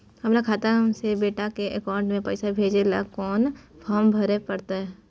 हमर खाता से बेटा के अकाउंट में पैसा भेजै ल कोन फारम भरै परतै?